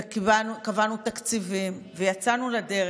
קבענו תקציבים ויצאנו לדרך.